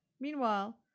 Meanwhile